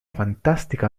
fantástica